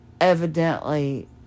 evidently